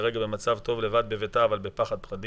כרגע היא במצב טוב בביתה, אבל בפחד פחדים.